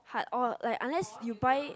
hard or like unless you buy